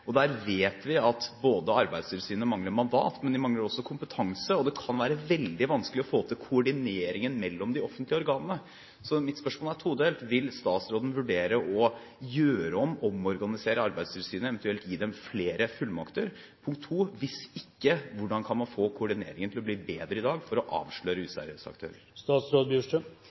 og utbetalinger, gjerne på tvers av landegrenser. Der vet vi at Arbeidstilsynet mangler både mandat og kompetanse, og det kan være veldig vanskelig å få til koordineringen mellom de offentlige organene. Mitt spørsmål er todelt: Vil statsråden vurdere å omorganisere Arbeidstilsynet, eventuelt gi dem flere fullmakter? Punkt to: Hvis ikke – hvordan kan man få koordineringen til å bli bedre i dag for å avsløre